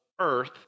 Earth